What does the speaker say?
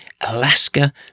Alaska